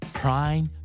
prime